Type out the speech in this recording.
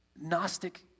Gnostic